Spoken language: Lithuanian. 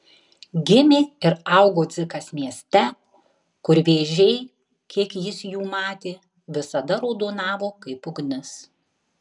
gimė ir augo dzikas mieste kur vėžiai kiek jis jų matė visada raudonavo kaip ugnis